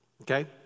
Okay